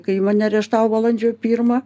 kai mane areštavo balandžio pirmą